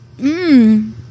Mmm